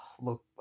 look